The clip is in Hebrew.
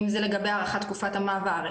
אם זה לגבי הארכת תקופת המעבר,